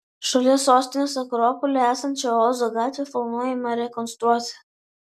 šalia sostinės akropolio esančią ozo gatvę planuojama rekonstruoti